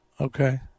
Okay